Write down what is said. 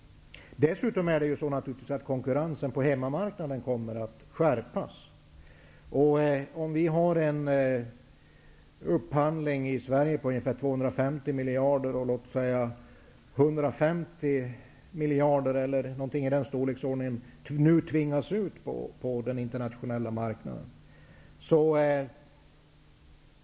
Dessutom kommer konkurrensen på hemmamarknaden att skärpas. Låt oss säga att vi har en upphandling på ungefär 250 miljarder i Sverige och att omkring 150 miljarder nu tvingas ut på den internationella marknaden.